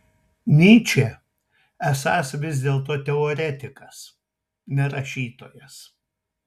nyčė esąs vis dėlto teoretikas ne rašytojas